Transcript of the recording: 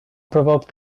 provoked